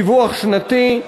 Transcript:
דיווח שנתי,